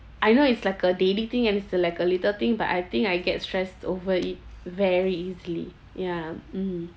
I know it's like a daily thing and it's like a little thing but I think I get stressed over it very easily ya mm